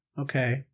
Okay